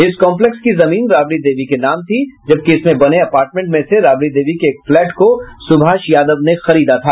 इस कांम्पलेक्स की जमीन राबड़ी देवी के नाम थी जबकि इसमें बने अपार्टमेंट में से राबड़ी देवी के एक फ्लैट को सुभाष यादव ने खरीदा था